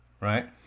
right